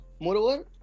moreover